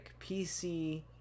PC